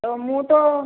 ହଉ ମୁଁ ତ